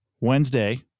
Wednesday